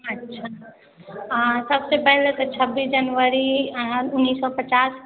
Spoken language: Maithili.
अच्छा हँ सबसे पहिले ते छब्बीस जनवरी आँ उन्नैस सए पचास के